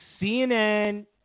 CNN